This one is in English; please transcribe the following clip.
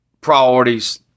priorities